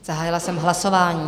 Zahájila jsem hlasování.